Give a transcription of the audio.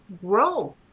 grow